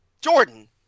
Jordan